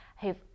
who've